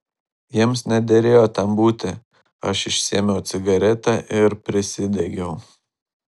jiems nederėjo ten būti aš išsiėmiau cigaretę ir prisidegiau